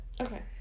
Okay